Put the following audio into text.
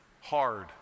hard